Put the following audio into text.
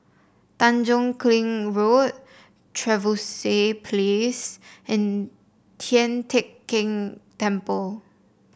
Tanjong Kling Road Trevose Place and Tian Teck Keng Temple